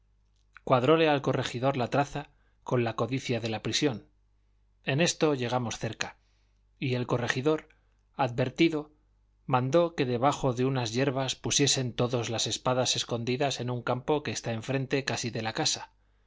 vamos cuadróle al corregidor la traza con la codicia de la prisión en esto llegamos cerca y el corregidor advertido mandó que debajo de unas yerbas pusiesen todos las espadas escondidas en un campo que está enfrente casi de la casa